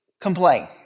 complain